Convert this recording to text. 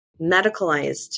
medicalized